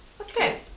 Okay